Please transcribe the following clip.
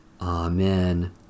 Amen